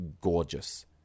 gorgeous